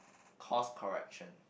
course correction